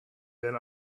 than